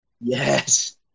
yes